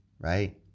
right